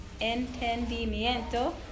entendimiento